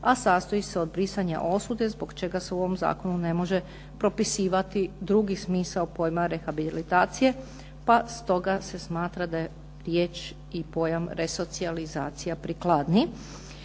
a sastoji se od brisanja osude zbog čega se u ovom zakonu ne može propisivati drugi smisao pojma rehabilitacije, pa stoga se smatra da je riječ i pojam resocijalizacija prikladniji.